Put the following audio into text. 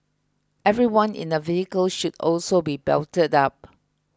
everyone in a vehicle should also be belted up